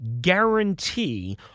guarantee